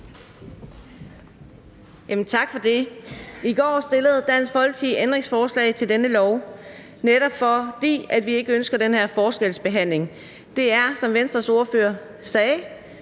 Tak for det. I går stillede Dansk Folkeparti et ændringsforslag til denne lov, netop fordi vi ikke ønsker den her forskelsbehandling. Det er, som Venstres ordfører sagde,